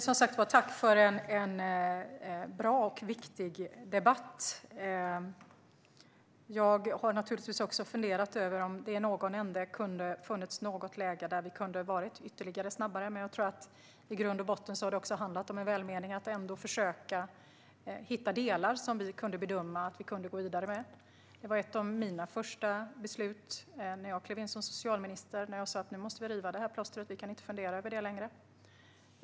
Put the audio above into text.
Fru talman! Jag tackar för en bra och viktig debatt. Jag har naturligtvis också funderat över om det i någon ände kan ha funnits ett läge där vi hade kunnat vara ännu snabbare, men jag tror att det i grund och botten har handlat om välmening - att ändå försöka hitta delar som vi bedömde att vi kunde gå vidare med. Ett av mina första beslut när jag klev in som socialminister var att jag sa: Nu måste vi riva av det här plåstret; vi kan inte fundera över det längre.